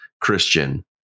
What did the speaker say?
Christian